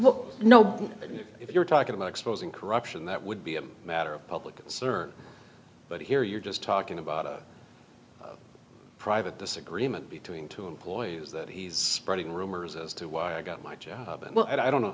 mean if you're talking about exposing corruption that would be a matter of public concern but here you're just talking about a private disagreement between two employees that he's spreading rumors as to why i got my job well i don't